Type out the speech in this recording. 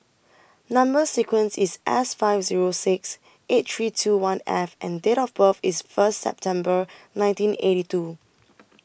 Number sequence IS S five Zero six eight three two one F and Date of birth IS First September nineteen eighty two